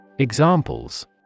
Examples